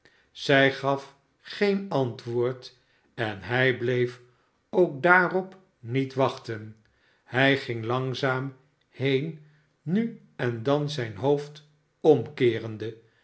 zij gaf geen antwoord en hij bleef ook daarop niet wachten hij ging langzaam heen nu en dan zijn hoofd omkeerende